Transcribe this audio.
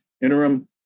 Interim